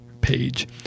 page